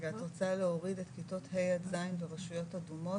את רוצה להוריד את כיתות ה' עד ז' ברשויות אדומות?